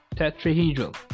Tetrahedral